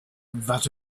that